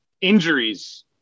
Injuries